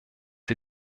die